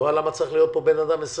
את רואה למה צריך להיות פה 20 שנה?